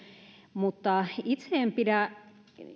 mutta itse en pidä